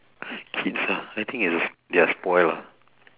kids ah I think they're they are spoilt lah